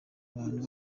abantu